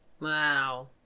Wow